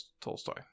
Tolstoy